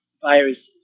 viruses